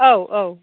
औ औ